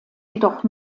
jedoch